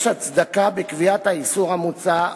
יש הצדקה בקביעת האיסור המוצע,